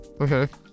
Okay